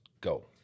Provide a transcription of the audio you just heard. go